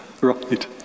Right